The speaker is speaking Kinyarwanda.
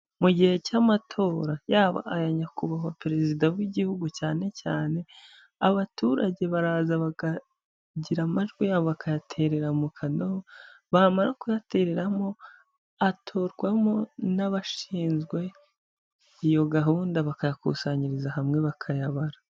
Mu gihe cy'amatora yaba aya nyakubahwa perezida w'igihugu cyane cyane, abaturage baraza bakagira amajwi yabo bakayaterera mu kadobo, bamara kuyatereramo atorwamo n'abashinzwe iyo gahunda bakayakusanyiriza hamwe bakayabara.